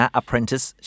apprentice